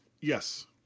Yes